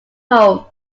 home